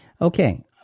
Okay